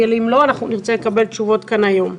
אם לא, נרצה לקבל תשובות כאן היום.